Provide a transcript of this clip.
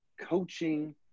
coaching